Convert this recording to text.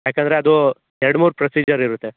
ಯಾಕೆಂದ್ರೆ ಅದು ಎರಡು ಮೂರು ಪ್ರೊಸಿಜರ್ ಇರುತ್ತೆ